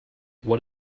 what